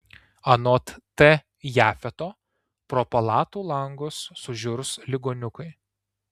anot t jafeto pro palatų langus sužiurs ligoniukai